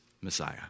Messiah